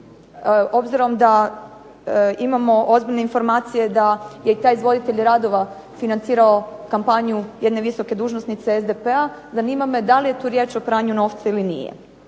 Obzirom da imamo ozbiljne informacije da je taj izvoditelj radova financirao kampanju jedne visoke dužnosnike SDP-a, zanima me da li je tu riječ o pranju novca ili nije.